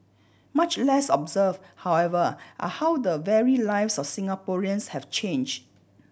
much less observed however are how the very lives of Singaporeans have changed